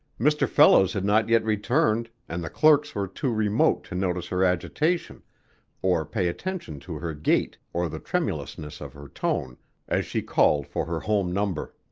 mr. fellows had not yet returned and the clerks were too remote to notice her agitation or pay attention to her gait or the tremulousness of her tone as she called for her home number.